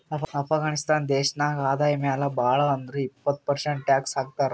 ಅಫ್ಘಾನಿಸ್ತಾನ್ ದೇಶ ನಾಗ್ ಆದಾಯ ಮ್ಯಾಲ ಭಾಳ್ ಅಂದುರ್ ಇಪ್ಪತ್ ಪರ್ಸೆಂಟ್ ಟ್ಯಾಕ್ಸ್ ಹಾಕ್ತರ್